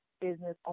business